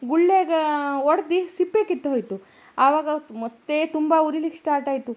ಗುಳ್ಳೆಗ ಒಡ್ದು ಸಿಪ್ಪೆ ಕಿತ್ತುಹೋಯ್ತು ಆವಾಗ ಮತ್ತೆ ತುಂಬ ಉರಿಲಿಕ್ಕೆ ಸ್ಟಾರ್ಟ್ ಆಯಿತು